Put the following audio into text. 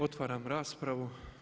Otvaram raspravu.